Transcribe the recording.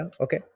Okay